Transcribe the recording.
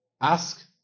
Ask